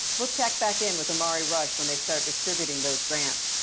we'll check back in with omari rush when they start distributing those grants.